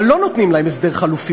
אבל לא נותנים להם הסדר חלופי,